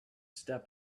step